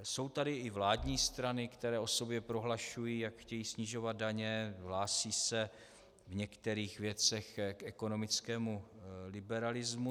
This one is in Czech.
Jsou tady i vládní strany, které o sobě prohlašují, jak chtějí snižovat daně, hlásí se v některých věcech k ekonomickému liberalismu.